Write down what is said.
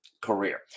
career